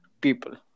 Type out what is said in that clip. people